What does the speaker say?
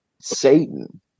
Satan